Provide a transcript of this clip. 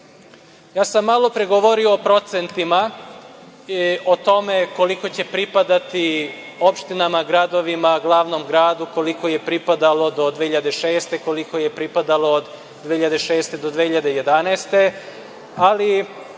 pre sam govorio o procentima i o tome koliko će pripadati opštinama, gradovima, glavnom gradu, koliko je pripadalo do 2006, koliko je pripadalo od 2006. do 2011. godine,